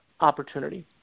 opportunity